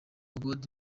god